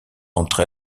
entre